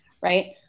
Right